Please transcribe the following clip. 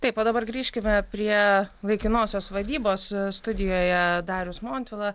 taip o dabar grįžkime prie laikinosios vadybos studijoje darius montvila